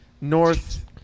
north